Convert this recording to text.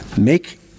Make